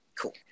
Cool